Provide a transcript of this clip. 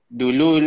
dulu